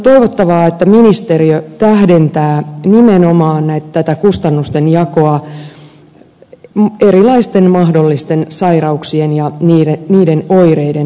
on toivottavaa että ministeriö tähdentää nimenomaan tätä kustannustenjakoa erilaisten mahdollisten sairauksien ja niiden oireiden tiimoilta